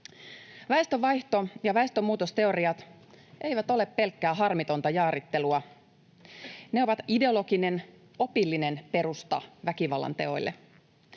Väestönvaihto- ja väestönmuutosteoriat eivät ole pelkkää harmitonta jaarittelua. Ne ovat ideologinen, opillinen perusta väkivallanteoille.